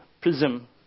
Prism